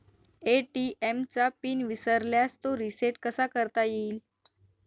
ATM चा pin विसरल्यास तो रिसेट कसा करता येईल?